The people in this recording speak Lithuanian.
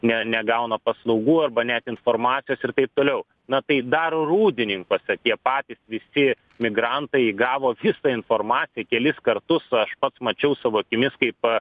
ne negauna paslaugų arba net informacijos ir taip toliau na tai daro rūdininkuose tie patys visi migrantai gavo visą informaciją kelis kartus aš pats mačiau savo akimis kaip